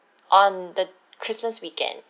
on the christmas weekend